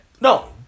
No